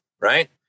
right